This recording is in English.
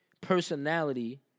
personality